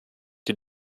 die